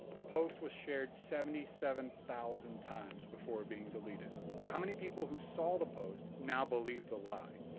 the post was shared seventy seven thousand times before being deleted, so how many people who saw the post now believe the lie?